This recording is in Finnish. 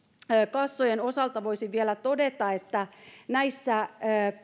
kassojen osalta voisin vielä todeta että näissä